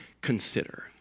consider